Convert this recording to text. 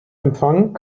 empfang